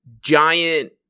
giant